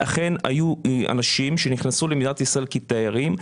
אכן היו אנשים שנכנסו למדינת ישראל כתיירים,